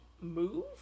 move